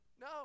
No